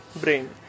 Brain